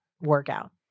workout